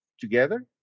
together